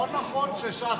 לא נכון שש"ס,